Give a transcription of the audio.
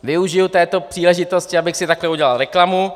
Využiji této příležitosti, abych si takhle udělal reklamu.